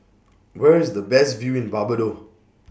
Where IS The Best View in Barbados